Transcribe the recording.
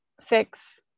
fix